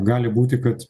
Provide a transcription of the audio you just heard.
gali būti kad